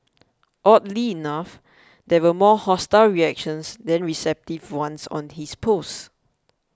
oddly enough there were more hostile reactions than receptive ones on his post